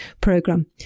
program